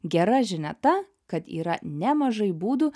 gera žinia ta kad yra nemažai būdų